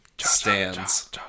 Stands